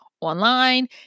online